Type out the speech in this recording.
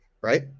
right